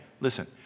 listen